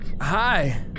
Hi